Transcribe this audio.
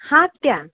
हां आत्या